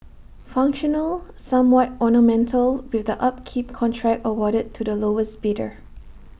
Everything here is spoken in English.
functional somewhat ornamental with the upkeep contract awarded to the lowest bidder